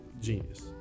genius